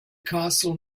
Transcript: castle